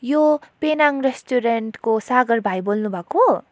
यो पेनाङ रेस्टुरेन्टको सागर भाइ बोल्नु भएको